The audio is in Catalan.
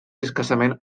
escassament